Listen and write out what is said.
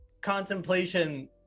contemplation